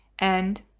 and